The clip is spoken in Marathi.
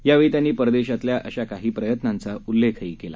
यावेळी त्यांनी परदेशातल्या अशा काही प्रयत्नांचा उल्लेखही केला